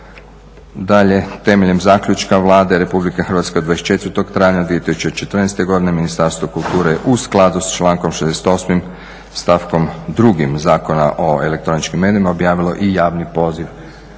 Dalje, temeljem zaključka Vlade RH od 24.travnja 2014. Ministarstvo kulture u skladu sa člankom 68.stavkom 2. Zakona o elektroničkim medijima objavilo i javni poziv